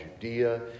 Judea